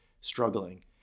struggling